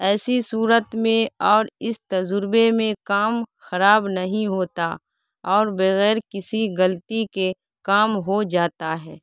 ایسی صورت میں اور اس تجربے میں کام خراب نہیں ہوتا اور بغیر کسی غلطی کے کام ہو جاتا ہے